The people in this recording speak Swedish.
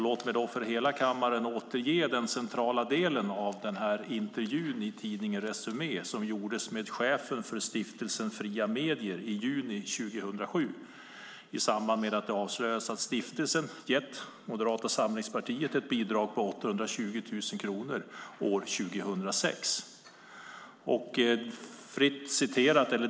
Låt mig för kammaren återge den centrala delen av den intervju i tidningen Resumé som gjordes med chefen för Stiftelsen Fria Media i juni 2007 i samband med att det avslöjades att stiftelsen 2006 gett Moderata samlingspartiet ett bidrag på 820 000 kronor.